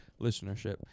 listenership